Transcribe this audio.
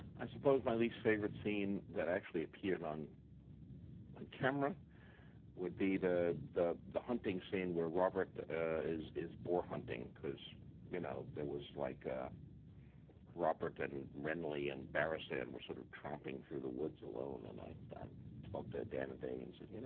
i suppose my least favorite scene that actually appeared on on camera would be the the hunting scene where robert is is boar hunting cause you know there was like a robert and and renly and barristan were sort of tromping through the woods alone and i talked to dan and david and said, you know